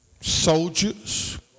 Soldiers